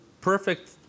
perfect